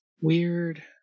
Weird